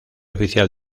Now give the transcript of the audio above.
oficial